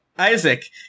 Isaac